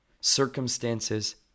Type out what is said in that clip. circumstances